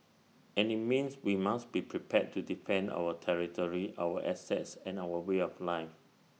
and IT means we must be prepared to defend our territory our assets and our way of life